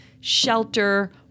shelter